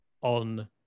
on